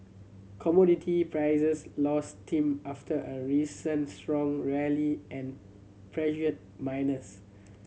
commodity prices lost steam after a recent strong rally and pressured miners